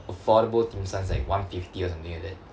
affordable dim sums like one fifty or something like that